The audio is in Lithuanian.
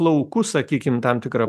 lauku sakykim tam tikra